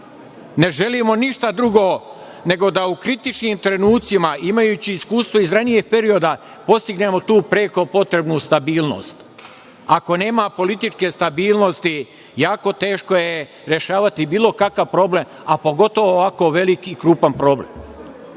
ne želimo ništa drugo nego da u kritičnim trenucima, imajući iskustvo iz ranijeg perioda, postignemo tu preko potrebnu stabilnost. Ako nema političke stabilnosti, jako teško je rešavati bilo kakav problem, a pogotovo ovako veliki i krupan problem. Mi